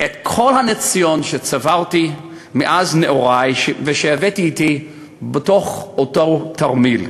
את כל הניסיון שצברתי מאז נעורי והבאתי אתי בתוך אותו תרמיל.